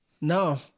No